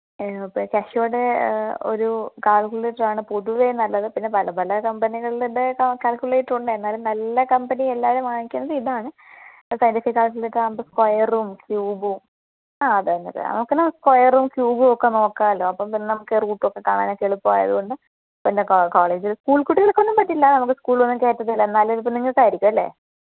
ഇപ്പം ഈ കശിയോടെ ഒരു കാല്ക്കുലേറ്റർ ആണ് പൊതുവേ നല്ലത് പിന്നെ പല പല കമ്പനികളുടെ കാല്ക്കുലേറ്റർ ഉണ്ട് എന്നാലും നല്ല കമ്പനി എല്ലാവരും വാങ്ങിക്കുന്നത് ഇതാണ് സൈന്റിഫിക് കാല്ക്കുലേറ്റർ ആവുമ്പം സ്കൊയറും ക്യൂബും ആഹ് അതുതന്നെ അതെ നമുക്ക് തന്നെ സ്കൊയറും ക്യൂബും ഒക്കെ നോക്കാമല്ലോ അപ്പം പിന്നെ നമുക്ക് റൂട്ട് ഒക്കെ കാണാനെക്കെ എളുപ്പം ആയത് കൊണ്ട് പിന്നെ കാളേജില് സ്കൂള് കുട്ടികള്ക്കൊന്നും പറ്റില്ല നമുക്ക് സ്കൂളിലൊന്നും കേറ്റത്തില്ല എന്നാലും ഇത് ഇപ്പം നിങ്ങൾക്ക് ആയിരിക്കും അല്ലെ